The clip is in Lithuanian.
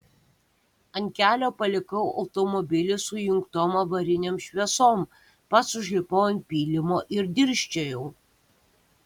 ant kelio palikau automobilį su įjungtom avarinėm šviesom pats užlipau ant pylimo ir dirsčiojau